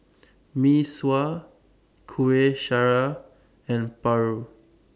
Mee Sua Kuih Syara and Paru